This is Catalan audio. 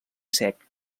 sec